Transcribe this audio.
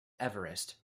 everest